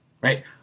Right